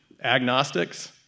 agnostics